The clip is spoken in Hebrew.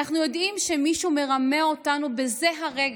אנחנו יודעים שמישהו מרמה אותנו בזה הרגע,